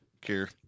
care